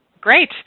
Great